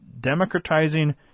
democratizing